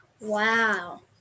wow